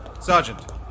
Sergeant